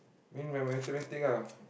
mean my mathematic ah